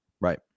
Right